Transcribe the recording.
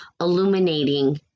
illuminating